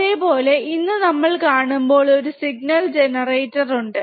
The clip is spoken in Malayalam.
അതേപോലെ ഇന്ന് നമ്മൾ കാണുമ്പോൾ ഒരു സിഗ്നൽ ജനറേറ്റർ ഉണ്ട്